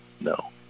no